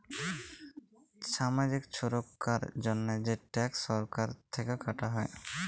ছামাজিক ছুরক্ষার জন্হে যে ট্যাক্স সরকার থেক্যে কাটা হ্যয়